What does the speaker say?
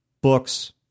Books